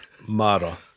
Mara